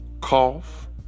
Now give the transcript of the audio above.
cough